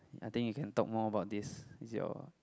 I think you can talk more about this is your